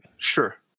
sure